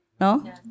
No